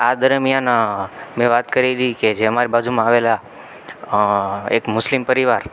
આ દરમિયાન મેં વાત કરી હતી કે જે અમારી બાજુમાં આવેલા એક મુસ્લિમ પરિવાર